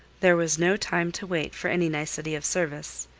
there was no time to wait for any nicety of service.